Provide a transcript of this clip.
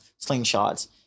slingshots